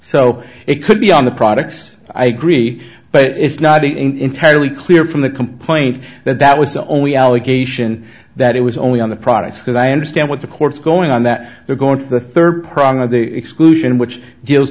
so it could be on the products i agree but it's not being entirely clear from the complaint that that was the only allegation that it was only on the products because i understand what the court's going on that they're going to the third prong of the exclusion which deals